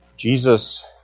Jesus